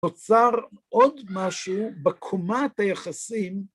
נוצר עוד משהו בקומת היחסים